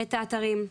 את האתרים.